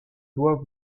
dois